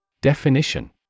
Definition